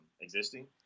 existing